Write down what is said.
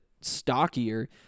stockier